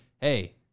Hey